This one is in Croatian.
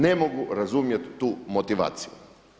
Ne mogu razumjeti tu motivaciju.